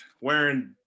wearing